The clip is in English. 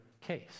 case